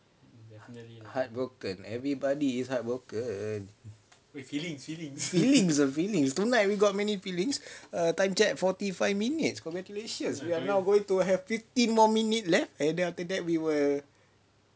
heartbroken everybody is heartbroken feelings feelings tonight we got many feelings err time check forty five minutes congratulations we are now going to have fifteen more minute left then after that we will